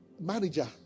manager